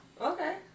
Okay